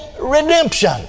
redemption